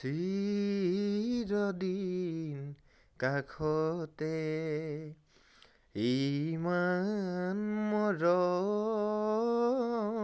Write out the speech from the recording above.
চিৰদিন কাষতে ইমান মৰম